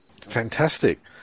Fantastic